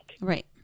Right